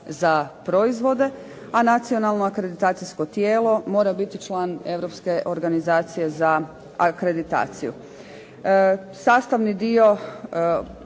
za proizvode, a nacionalno akreditacijsko tijelo mora biti član Europske organizacije za akreditaciju. Sastavni dio